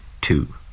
Two